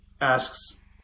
Asks